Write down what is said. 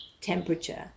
temperature